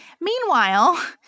Meanwhile